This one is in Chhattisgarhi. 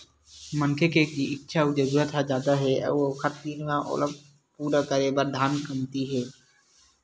मनखे के इच्छा अउ जरूरत ह जादा हे अउ ओखर तीर ओला पूरा करे बर धन कमती हे